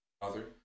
Father